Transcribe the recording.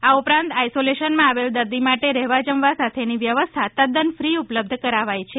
આ ઉપરાંત આઈસોલેશનમા આવેલા દર્દી માટે રહેવા જમવા સાથેની વ્યવસ્થા તદ્દન ફ્રી ઉપલબ્ધ કરાઈ છે